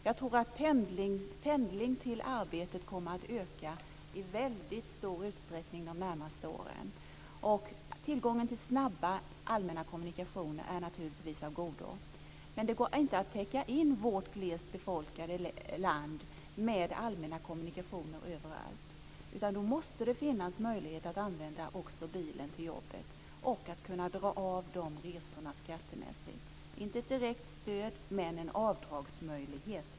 Jag tror att pendling till arbetet kommer att öka i stor utsträckning de närmaste åren. Tillgången till snabba allmänna kommunikationer är naturligtvis av godo, men det går inte att täcka in vårt glest befolkade land med allmänna kommunikationer överallt. Då måste det finnas möjlighet att också använda bilen till jobbet och dra av de resorna skattemässigt. Jag efterlyser inte ett direkt stöd men en avdragsmöjlighet.